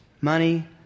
Money